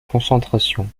concentration